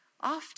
Often